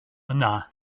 yna